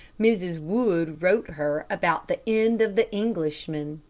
mrs. wood wrote her about the end of the englishman.